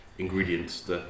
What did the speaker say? ingredients